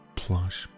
plush